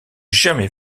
jamais